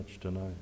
tonight